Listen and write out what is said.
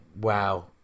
wow